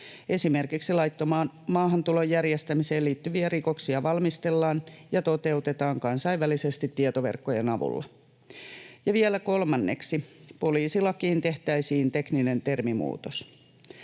Esimerkiksi laittoman maahantulon järjestämiseen liittyviä rikoksia valmistellaan ja toteutetaan kansainvälisesti tietoverkkojen avulla. Vielä kolmanneksi poliisilakiin tehtäisiin tekninen termimuutos.